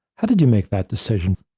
how did you make that decision?